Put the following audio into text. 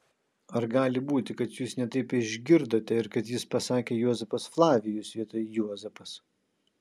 ar gali būti kad jūs ne taip išgirdote ir kad jis pasakė juozapas flavijus vietoj juozapas